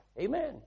Amen